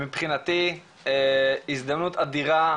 מבחינתי הזדמנות אדירה,